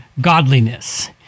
godliness